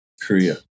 Korea